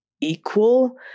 equal